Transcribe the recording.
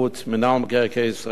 מינהל מקרקעי ישראל,